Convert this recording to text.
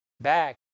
back